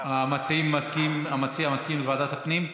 המציע מסכים לוועדת הפנים.